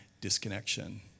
disconnection